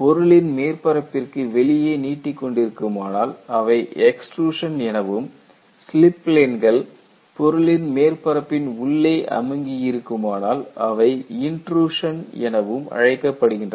பொருளின் மேற்பரப்பிற்கு வெளியே நீட்டிக்கொண்டிருக்குமானால் அவை எக்ஸ்ட்ருஷன் எனவும் ஸ்லிப் பிளேன்கள் பொருளின் மேற்பரப்பின் உள்ளே அமுங்கி இருக்குமானால் அவை இன்ட்ரூஷன் எனவும் அழைக்கப்படுகின்றன